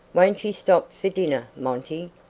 won't you stop for dinner, monty?